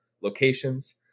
locations